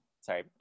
Sorry